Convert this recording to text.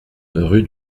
rue